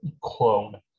clone